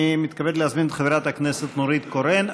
אני מתכבד להזמין את חברת הכנסת נורית קורן,